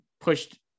pushed